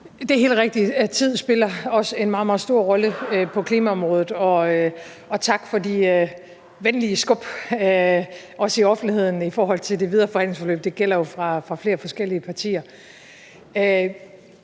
Det er helt rigtigt, at tid også spiller en meget, meget stor rolle på klimaområdet. Tak for de venlige skub, også i offentligheden, i forhold til det videre forhandlingsforløb. Det gælder jo fra flere forskellige partier.